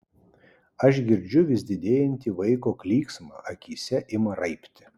aš girdžiu vis didėjantį vaiko klyksmą akyse ima raibti